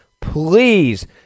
Please